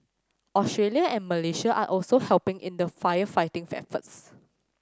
Australia and Malaysia are also helping in the firefighting efforts